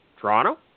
Toronto